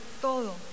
todo